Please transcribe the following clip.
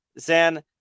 Zan